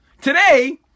today